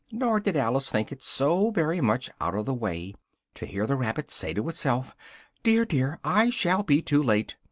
nor did alice think it so very much out of the way to hear the rabbit say to itself dear, dear! i shall be too late!